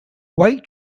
white